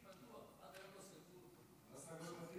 לא סגרו את התיק,